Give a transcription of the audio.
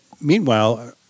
Meanwhile